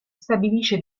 stabilisce